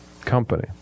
company